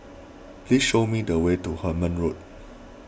please show me the way to Hemmant Road